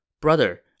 Brother